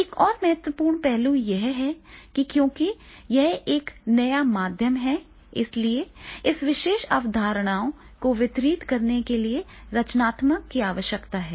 एक और महत्वपूर्ण पहलू यह है कि क्योंकि यह एक नया माध्यम है इसलिए इस विशेष अवधारणाओं को वितरित करने के लिए रचनात्मकता की आवश्यकता है